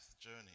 journey